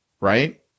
right